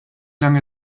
lange